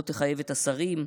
לא תחייב את השרים.